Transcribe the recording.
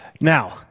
Now